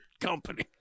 company